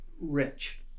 rich